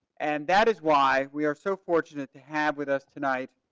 and that is why we are so fortunate to have with us tonight,